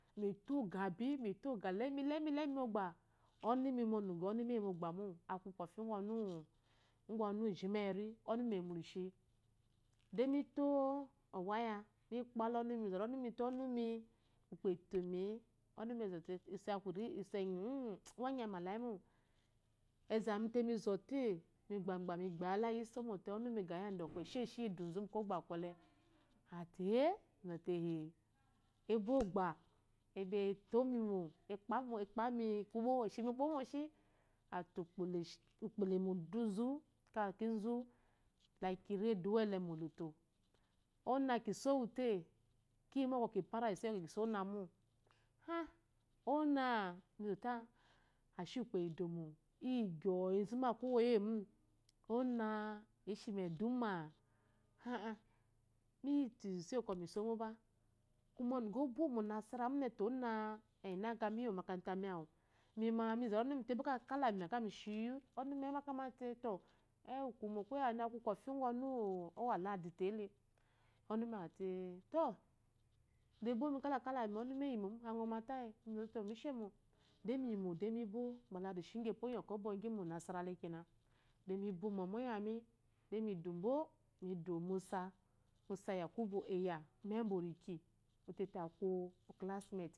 Mito ogah bi, mito ogah lemi-lemi mogba ɔnumi mu ɔnuga wu ɔnumi eyi mogba mo, aku kɔfi agwu ɔnuwa igama lyeri, ɔnumi eyi wa rishi, de mi to kwaya mi kpa ɔnumi mi zala ɔnumi te ɔnumi ukpo e kyomi-e, ɔnumi ezɔte um-uh. wa anyama la mo, tė ɔnumi ga yadda eshishi lduzu mu kwagba kwɔle ate-eh-mizawute-eh-ebo ogba egbe eto me mo eshi mo kuwo moshi a te ukpo eri uduzu keh kezu la kiri eduwo lele moloto. onah ki sowu te lyi ma fara iso lyi kiso onah mo. ey-onahmi yo-ah-ashe ukpo eyi edumo, ezu umba aku owoyemu onah-eshimi eduma-ah-ah-miyitu iso lyɔkwɔ mi so mogba kuma onugawu abo mu onasara mune, ona enaga mi iyi omokata awo, imoma mi zale ɔnumi boka kalami ma, ɔnumi ama kamate ewu ikuwu mo kwɔle kungu aku ɔnu wu aladi tė-ėle, ɔnumi ate to, le bomi kala kalami ma, ɔnumi leyimo ma-a ngɔmatayi mizɔte to misheyimo de mi yi mo de mibo ma rishi igi ɔbɔgi mu onasara layėpo. de mi bo mɔmɔ iyami deh mi du bo, mi du omusa musa yakubu ɛya ume uwu mba oriki aku.